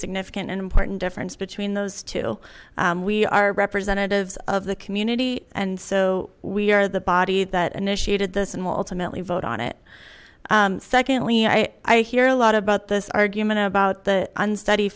significant and important difference between those two we are representatives of the community and so we are the body that initiated this and will ultimately vote on it secondly i i hear a lot about this argument about the unsteady